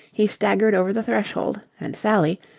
he staggered over the threshold and sally,